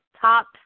top